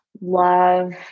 love